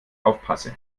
aufpasse